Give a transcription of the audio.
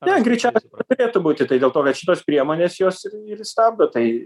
ne greičiausiai neturėtų būti tai dėl to kad šitos priemonės jos ir stabdo tai